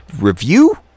review